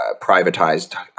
privatized